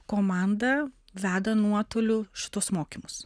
komanda veda nuotoliu šituos mokymus